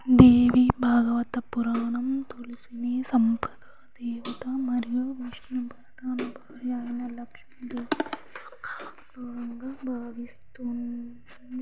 దేవి భాగవత పురాణం తులసిని సంపద దేవత మరియు విష్ణువు ప్రధాన భార్య అయిన లక్ష్మిదేవి యొక్క భాగంగా భావిస్తుంది